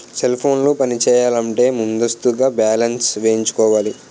cell ఫోన్లు పనిచేయాలంటే ముందస్తుగా బ్యాలెన్స్ వేయించుకోవాలి